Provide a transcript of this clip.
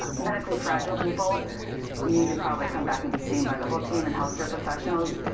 medically fragile people need to probably come back and be seen by the whole team and healthcare professionals.